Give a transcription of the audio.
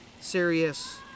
serious